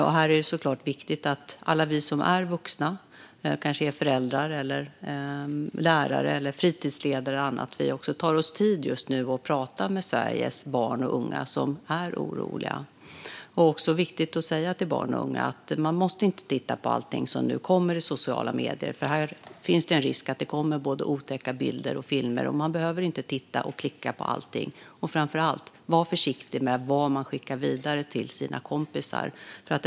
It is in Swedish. Det är såklart viktigt att alla vi som är vuxna, och som kanske är föräldrar, lärare, fritidsledare eller annat, tar oss tid just nu och pratar med Sveriges barn och unga som är oroliga. Det är också viktigt att säga till barn och unga att man inte måste titta på allting som nu kommer i sociala medier, för det finns en risk att det kommer otäcka bilder och filmer. Man behöver inte titta och klicka på allting. Framför allt ska man vara försiktig med vad man skickar vidare till sina kompisar.